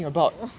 oh